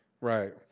Right